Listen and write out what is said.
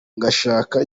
ngashaka